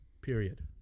Period